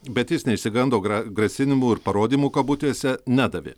bet jis neišsigando grasinimų ir parodymų kabutėse nedavė